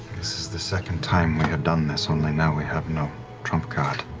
this is the second time we have done this, only now we have no trump card.